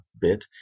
bit